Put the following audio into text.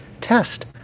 test